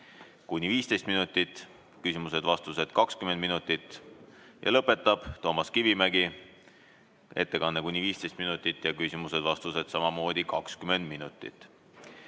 kuni 15 minutit, küsimused-vastused 20 minutit. Ja lõpetab Toomas Kivimägi, ettekanne kuni 15 minutit ja küsimused-vastused samamoodi 20 minutit.